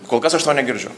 kol kas aš to negirdžiu